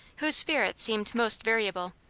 whose spirits seemed most variable.